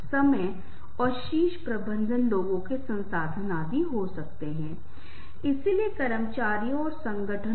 इसलिए ये कुछ ऐसे चरण हैं जिनका हमें बिल्डिंग रिलेशनशिप में पालन करना है और निश्चित रूप से संचार बहुत महत्वपूर्ण भूमिका निभा रहा है